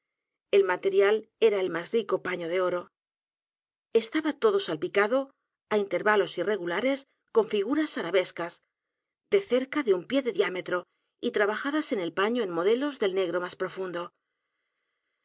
el material era el más rico paño de oro estaba todo salpicado á intervalos irregulares con figuras arabescas de cerca de un pie de diámetro y trabajadas en el paño en modelos del negro más profundo